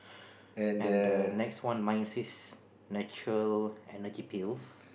and the next one mine says natural energy pills